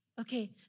okay